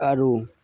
আৰু